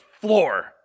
floor